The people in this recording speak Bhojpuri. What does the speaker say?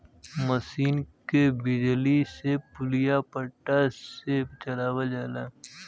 मसीन के बिजली से पुलिया पट्टा से चलावल जाला